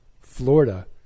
Florida